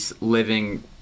living